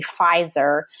Pfizer